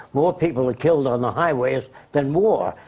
more people are killed on the highways than war.